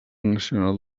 nacional